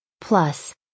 Plus